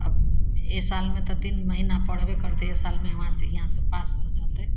एहि सालमे तऽ तीन महिना पढ़बै करतै एहि सालमे हुवाँ से हिआँ से पास हो जेतै